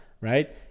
right